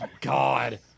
god